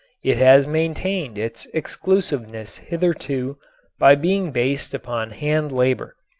it has maintained its exclusiveness hitherto by being based upon hand labor.